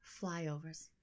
Flyovers